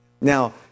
Now